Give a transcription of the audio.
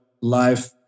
life